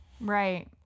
right